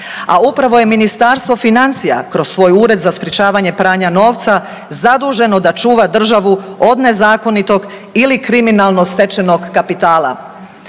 A upravo je Ministarstvo financija kroz svoj Ured za sprječavanje pranja novca zaduženo da čuva državu od nezakonitog ili kriminalno stečenog kapitala.